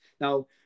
now